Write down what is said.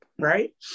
Right